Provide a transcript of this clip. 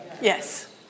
Yes